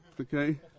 okay